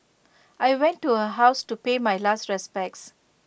I went to her house to pay my last respects